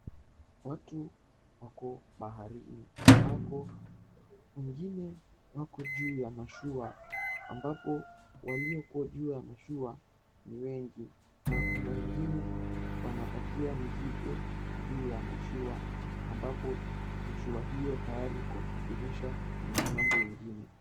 Watu wako baharini ambapo wengine wako juu ya mashua ambapo walioko juu ya mashua ni wengi na kuna wengine wanapakia mizigo juu ya mashua ambapo mashua hiyo tayari kuusafirisha kwenye ng'ambo ingine.